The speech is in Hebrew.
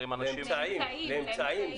לאמצעים.